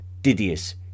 Didius